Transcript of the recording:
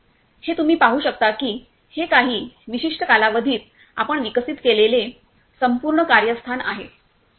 हे तुम्ही पाहु शकता की हे काही विशिष्ट कालावधीत आपण विकसित केलेले संपूर्ण कार्यस्थान आहे